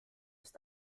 ist